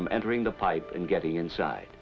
from entering the pipe and getting inside